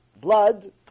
Blood